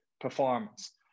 performance